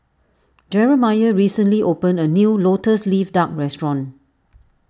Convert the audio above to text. Jeremiah recently opened a new Lotus Leaf Duck restaurant